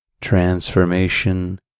transformation